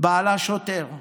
בעלה שוטר,